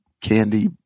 candy